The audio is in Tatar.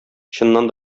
чыннан